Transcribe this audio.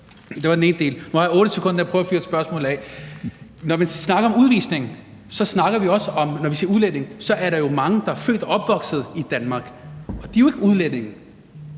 Det var den ene del. Nu har jeg 8 sekunder til at prøve at fyre et spørgsmål af. Når man snakker om udvisning, når vi snakker om udlændinge, er der mange, der er født og opvokset i Danmark, så de er jo ikke udlændinge.